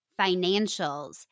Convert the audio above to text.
financials